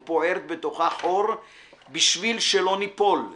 לרגלינו/ פעורת בתוכה חור/ בשביל שלא ניפול/